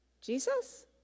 Jesus